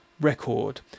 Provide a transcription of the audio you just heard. record